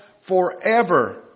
forever